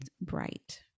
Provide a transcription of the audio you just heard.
bright